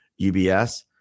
UBS